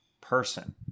person